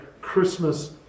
Christmas